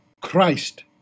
Christ